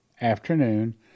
afternoon